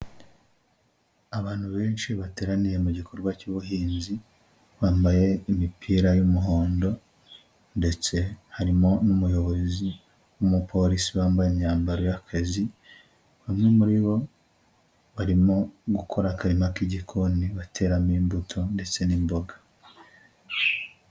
Abantu benshi bateraniye mu gikorwa cy'ubuhinzi, bambaye imipira y'umuhondo ndetse harimo n'umuyobozi w'umupolisi bambaye imyambaro y'akazi, bamwe muri bo barimo gukora akarima k'igikoni bateramo imbuto ndetse n'imboga.